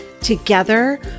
Together